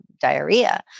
diarrhea